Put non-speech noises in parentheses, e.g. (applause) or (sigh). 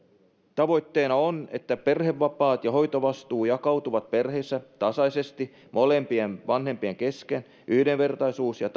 tavoitteena on että perhevapaat ja hoitovastuu jakautuvat perheissä tasaisesti molempien vanhempien kesken yhdenvertaisuus ja (unintelligible)